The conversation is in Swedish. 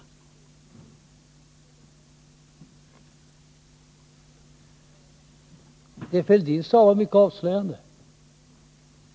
Det Thorbjörn Fälldin sade var mycket avslöjande.